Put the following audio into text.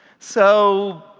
so,